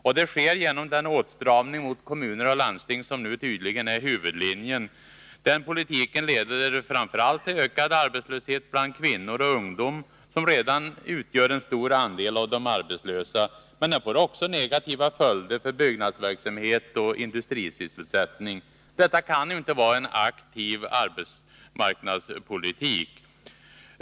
Det sker också genom den åtstramning mot kommuner och landsting som nu tydligen är huvudlinjen. Den politiken leder framför allt till ökad arbetslöshet bland kvinnor och ungdom, som redan utgör en stor andel av de arbetslösa. Men den får också negativa följder för byggnadsverksamheten och industrisysselsättningen. Detta kan ju inte vara en aktiv arbetsmarknadspolitik.